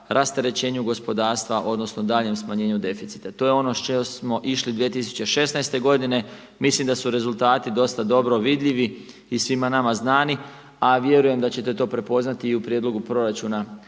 rasterećenju gospodarstva odnosno daljnjem smanjenju deficita. To je ono s čime smo išli 2016. godine. Mislim da su rezultati dosta dobro vidljivi i svima nama znani, a vjerujem da ćete to prepoznati i u prijedlogu proračuna